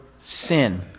sin